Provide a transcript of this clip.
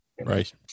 Right